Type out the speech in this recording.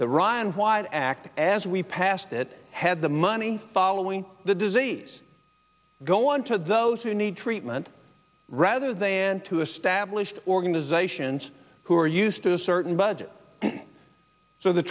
the ryan white act as we passed it had the money following the disease go on to those who need treatment rather than to establish organizations who are used to a certain budget so the